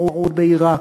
ה"פרהוד" בעיראק,